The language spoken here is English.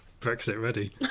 Brexit-ready